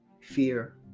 fear